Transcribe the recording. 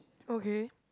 okay